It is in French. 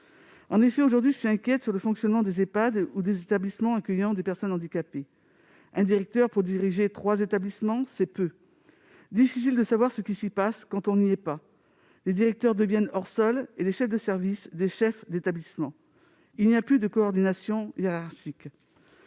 inquiète, aujourd'hui, quant au fonctionnement des Ehpad ou des établissements accueillant des personnes handicapées. Un directeur pour diriger trois établissements, c'est peu ! Difficile de savoir ce qui s'y passe quand on n'y est pas ! Les directeurs deviennent hors sol et les chefs de service, des chefs d'établissement. Il n'y a plus de coordination hiérarchique.